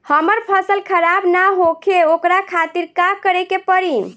हमर फसल खराब न होखे ओकरा खातिर का करे के परी?